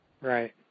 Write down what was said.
Right